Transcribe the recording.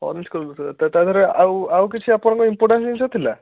orange colour ଥିଲା ତା ଦେହରେ ଆଉ ଆଉ କିଛି ଆପଣଙ୍କର ଇମ୍ପୋଟାଣ୍ଟ ଜିନିଷ ଥିଲା